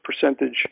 percentage